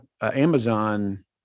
Amazon